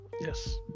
Yes